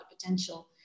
potential